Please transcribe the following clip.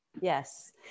yes